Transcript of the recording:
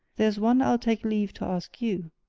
there's one i'll take leave to ask you.